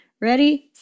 Ready